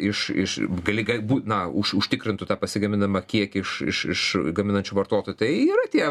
iš iš gali gal būt na už užtikrintų tą pasigaminamą kiekį iš iš iš gaminančių vartotojų tai yra tie